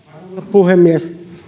puhemies